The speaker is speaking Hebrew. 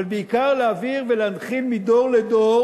אבל בעיקר כדי להעביר ולהנחיל מדור לדור